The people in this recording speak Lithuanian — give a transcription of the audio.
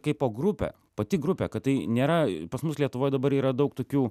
kaipo grupė pati grupė kad tai nėra pas mus lietuvoj dabar yra daug tokių